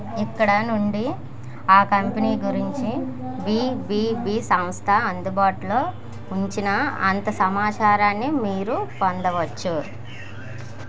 ఇక్కడ నుండి ఆ కంపనీ గురించి బీబీబీ సంస్థ అందుబాటులో ఉంచిన అంత సమాచారాన్ని మీరు పొందవచ్చు